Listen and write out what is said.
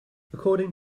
according